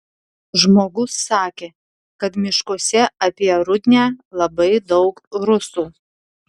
žmogus sakė kad miškuose apie rudnią labai daug rusų